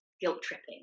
guilt-tripping